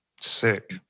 Sick